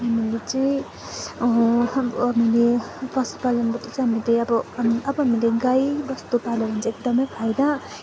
मैले चाहिँ हाम्रो हामीले पशुपालनबाट चाहिँ हामीले अब हाम अब हामीले गाईबस्तु पाल्यौँ भने चाहिँ एकदमै फाइदा